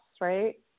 right